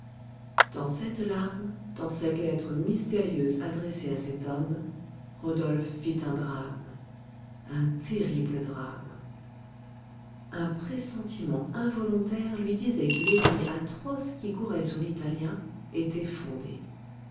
dans cette larme dans cette lettre mystérieuse adressée à cet homme rodolphe vit un drame un terrible drame un pressentiment involontaire lui disait que les bruits atroces qui couraient sur l'italien étaient fondés